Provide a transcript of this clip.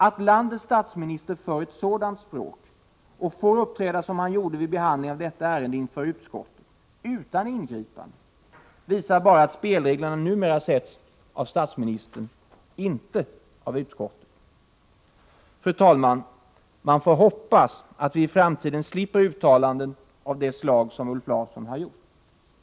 Att landets statsminister för ett sådant språk och får uppträda som han gjorde vid behandlingen av detta ärende inför utskottet utan ingripande visar bara att spelreglerna numera sätts upp av statsministern — inte av utskottet. Man får hoppas att vi i framtiden slipper uttalanden av det slag som Ulf Larsson har gjort.